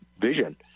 vision